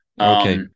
Okay